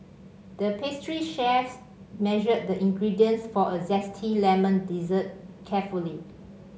the pastry chef measured the ingredients for a zesty lemon dessert carefully